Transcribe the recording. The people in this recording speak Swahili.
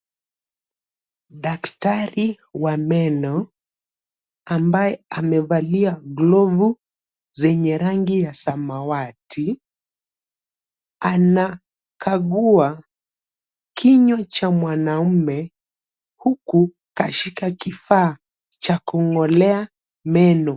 Daktari wa meno ambaye amevalia glovu zenye rangi ya samawati anakagua kinywa cha mwanaume huku kashika kifaa cha kung'olea meno.